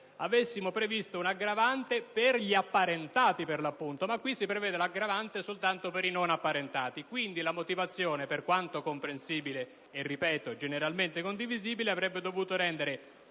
avessimo previsto un'aggravante per gli apparentati. Ma qui si prevede l'aggravante soltanto per i non apparentati. Quindi, la motivazione, per quanto comprensibile e - ripeto - generalmente condivisibile, avrebbe dovuto trovare